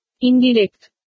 Indirect